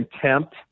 contempt